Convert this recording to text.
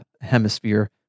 hemisphere